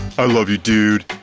i love you, dude!